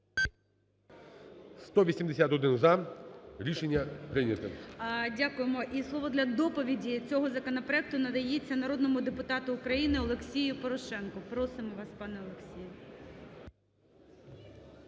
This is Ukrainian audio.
11:20:28 ГОЛОВУЮЧИЙ. Дякуємо. І слово для доповіді цього законопроекту надається народному депутату України Олексію Порошенку. Просимо вас, пане Олексій.